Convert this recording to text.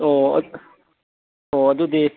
ꯑꯣ ꯑꯣ ꯑꯗꯨꯗꯤ